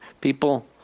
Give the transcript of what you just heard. People